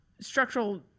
structural